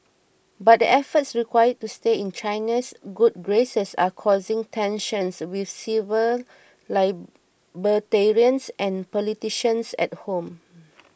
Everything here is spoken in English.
but the efforts required to stay in China's good graces are causing tensions with civil libertarians and politicians at home